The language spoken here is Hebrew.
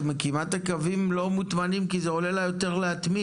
היא מקימה את הקווים לא מוטמנים כי זה עולה לה יותר להטמין,